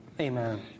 Amen